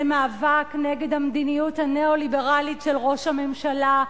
זה מאבק נגד המדיניות הניאו-ליברלית של ראש הממשלה,